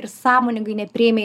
ir sąmoningai nepriėmei